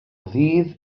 ddydd